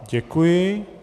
Děkuji.